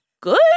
good